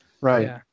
right